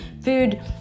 food